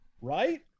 Right